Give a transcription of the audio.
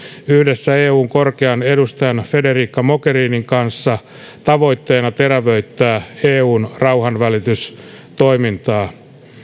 yhdessä eun korkean edustajan federica mogherinin kanssa tavoitteena terävöittää eun rauhanvälitystoimintaa